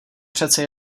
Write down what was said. přece